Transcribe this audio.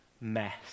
mess